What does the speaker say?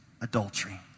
adultery